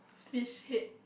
fish head